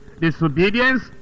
disobedience